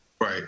Right